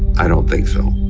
i don't think so.